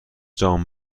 جان